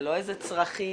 זה לא איזה צרכים,